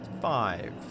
five